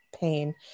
pain